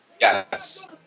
Yes